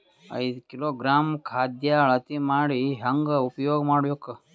ಐದು ಕಿಲೋಗ್ರಾಂ ಖಾದ್ಯ ಅಳತಿ ಮಾಡಿ ಹೇಂಗ ಉಪಯೋಗ ಮಾಡಬೇಕು?